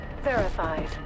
Verified